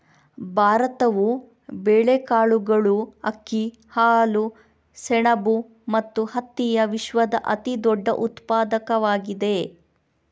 ಭಾರತವು ಬೇಳೆಕಾಳುಗಳು, ಅಕ್ಕಿ, ಹಾಲು, ಸೆಣಬು ಮತ್ತು ಹತ್ತಿಯ ವಿಶ್ವದ ಅತಿದೊಡ್ಡ ಉತ್ಪಾದಕವಾಗಿದೆ